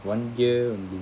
one year only